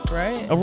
right